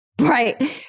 Right